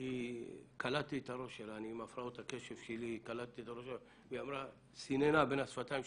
קלטתי את הראש שלה והיא סיננה בין השפתיים,